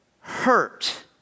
Hurt